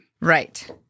Right